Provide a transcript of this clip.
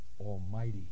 Almighty